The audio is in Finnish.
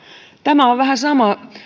tämä on vähän sama